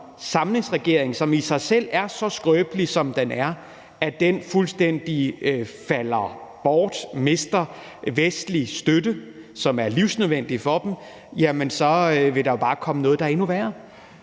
samlingsregering, som i sig selv er så skrøbelig, som den er, fuldstændig falder bort og mister vestlig støtte, som er livsnødvendig for dem, så vil der jo bare komme noget, der er endnu værre.